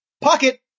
Pocket